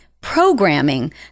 programming